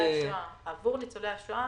עבור ניצולי השואה.